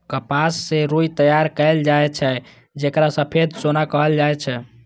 कपास सं रुई तैयार कैल जाए छै, जेकरा सफेद सोना कहल जाए छै